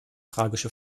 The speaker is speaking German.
tragische